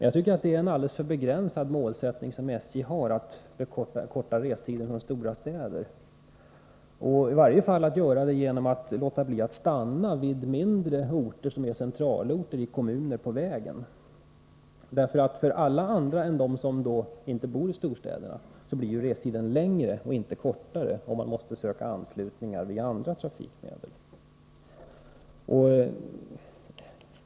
Jag tycker att det är en alldeles för begränsad målsättning SJ har, att förkorta restiderna mellan stora städer — i varje fall att göra det genom att låta bli att stanna vid mindre orter, som är centralorter i kommuner längs vägen. För alla andra än dem som inte bor i storstäderna blir ju restiden då längre och inte kortare, om man måste söka anslutningar via andra trafikmedel.